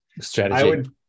strategy